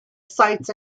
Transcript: sites